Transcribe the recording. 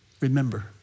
Remember